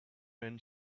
men